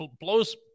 blows